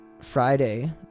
friday